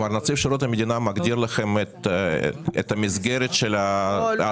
כלומר נציב שירות המדינה מגדיר לכם את המסגרת של ההעסקה.